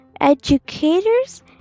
educators